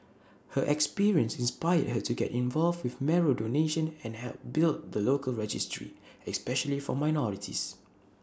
her experience inspired her to get involved with marrow donation and help build the local registry especially for minorities